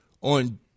on